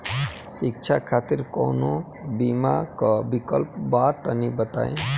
शिक्षा खातिर कौनो बीमा क विक्लप बा तनि बताई?